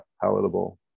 palatable